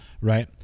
right